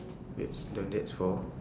wait now that's for